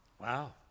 Wow